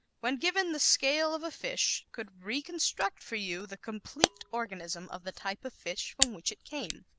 when given the scale of a fish could reconstruct for you the complete organism of the type of fish from which it came.